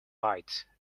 white